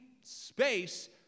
space